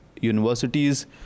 universities